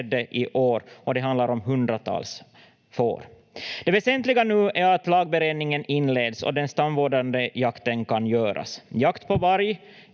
handlar om hundratals får. Det väsentliga nu är att lagberedningen inleds och den stamvårdande jakten kan göras. Jakt på varg